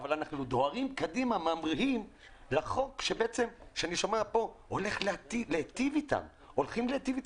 אבל אנחנו דוהרים קדימה וממריאים לחוק שהולך להיטיב עם הציבור.